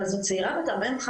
אבל זו צעירה בת 25,